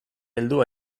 heldu